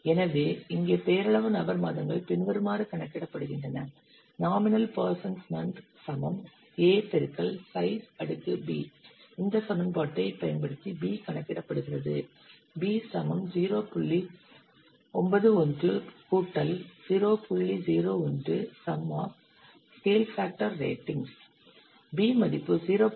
எனவே இங்கே பெயரளவு நபர் மாதங்கள் பின்வருமாறு கணக்கிடப்படுகின்றன இந்த சமன்பாட்டை பயன்படுத்தி B கணக்கிடப்படுகிறது B மதிப்பு 0